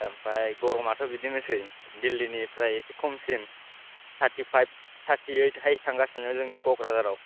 आमफ्राय गरमाथ' बिदिनोसै दिल्लि निफ्राय एसे खमसिन टारथि पाइब टारथिओइथ थांगासिनो जोंनि क'क्राझाराव